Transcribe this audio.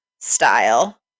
style